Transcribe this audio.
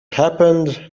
happened